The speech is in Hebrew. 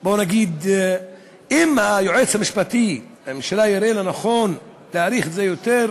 אם היועץ המשפטי לממשלה יראה לנכון להאריך את זה יותר